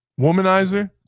womanizer